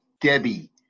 Debbie